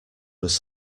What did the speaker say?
was